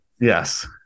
Yes